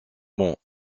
bon